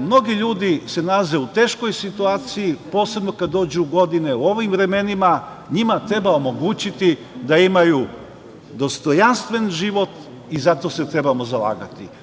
mnogi ljudi se nalaze u teškoj situaciji, posebno kada dođu u godine, u ovim vremenima njima treba omogućiti da imaju dostojanstven život i zato se trebamo zalagati. Kolika